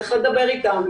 צריך לדבר איתם,